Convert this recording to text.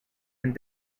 been